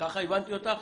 הבנתי אותך?